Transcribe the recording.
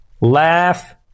Laugh